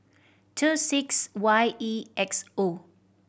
two six Y E X O